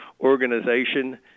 organization